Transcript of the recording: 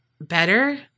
better